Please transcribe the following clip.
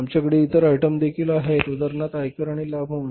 आमच्याकडे इतर आयटम देखील आहेत उदाहरणार्थ आयकर आणि लाभांश